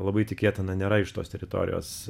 labai tikėtina nėra iš tos teritorijos